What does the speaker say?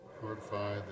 fortify